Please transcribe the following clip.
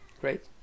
great